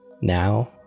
Now